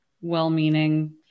well-meaning